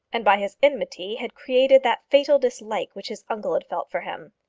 and by his enmity had created that fatal dislike which his uncle had felt for him.